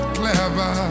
clever